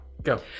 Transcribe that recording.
Go